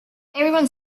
everyone